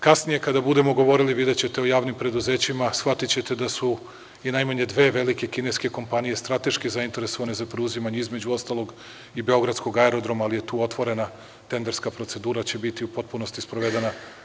Kasnije kada budemo govorili o javnim preduzećima, shvatićete da su i najmanje dve velike kineske kompanije strateški zainteresovane za preuzimanje između ostalog i Beogradskog aerodroma, ali je tu otvorena tenderska procedura i ona će biti u potpunosti sprovedena.